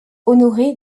honoré